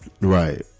Right